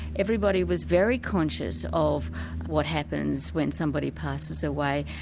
everybody was very conscious of what happens when some body passes away,